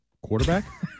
Quarterback